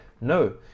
No